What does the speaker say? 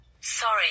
Sorry